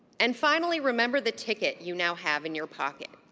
and finally, remember the ticket you now have in your pocket,